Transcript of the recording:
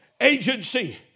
agency